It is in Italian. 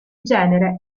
genere